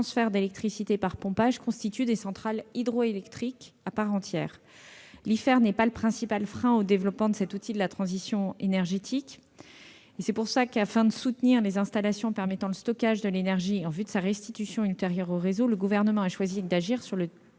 de transfert d'électricité par pompage constituent des centrales hydroélectriques à part entière. L'IFER n'est pas le principal frein au développement de cet outil de la transition énergétique. C'est la raison pour laquelle, afin de soutenir les installations permettant le stockage de l'énergie, en vue de sa restitution ultérieure au réseau, le Gouvernement a choisi d'agir sur le tarif